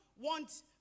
want